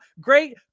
great